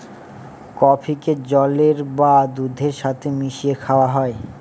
কফিকে জলের বা দুধের সাথে মিশিয়ে খাওয়া হয়